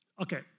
Okay